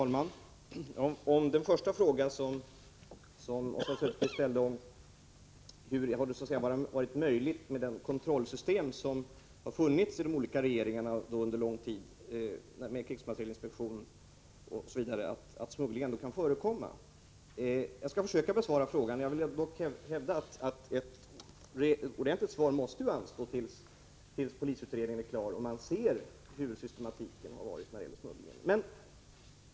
Herr talman! Den första fråga som Oswald Söderqvist ställde gällde hur smuggling kunnat förekomma, trots det kontrollsystem som har funnits i olika regeringar genom krigsmaterielinspektionen osv. Jag skall försöka att besvara frågan. Jag vill dock hävda att ett ordentligt svar måste anstå till dess polisutredningen är klar och man kan se hurudan systematiken när det gäller smugglingen varit.